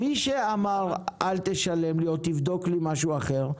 מי שאמר אל תשלם לי או תבדוק לי משהו אחר,